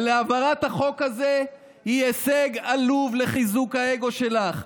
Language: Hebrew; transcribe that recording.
להעברת החוק הזה היא הישג עלוב לחיזוק האגו שלך.